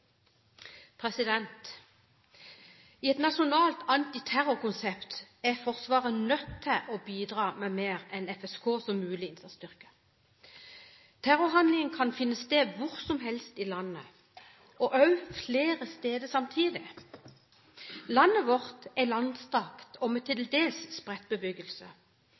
replikkordskifte. I et nasjonalt antiterrorkonsept er Forsvaret nødt til å bidra med mer enn FSK som mulig innsatsstyrke. Terrorhandling kan finne sted hvor som helst i landet, og også flere steder samtidig. Landet vårt er langstrakt og med til dels spredt bebyggelse.